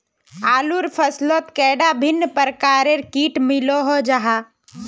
आलूर फसलोत कैडा भिन्न प्रकारेर किट मिलोहो जाहा?